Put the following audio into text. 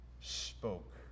spoke